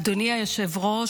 אדוני היושב-ראש,